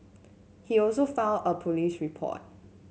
he also filed a police report